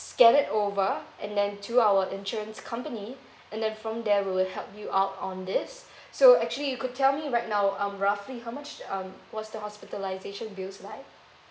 scan it over and then to our insurance company and then from there we will help you out on this so actually you could tell me right now um roughly how much um was the hospitalization bills like